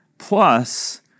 Plus